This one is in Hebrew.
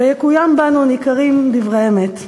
ויקוים בנו "ניכרים דברי אמת".